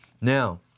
Now